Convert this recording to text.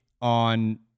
on